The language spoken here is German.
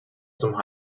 zum